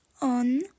on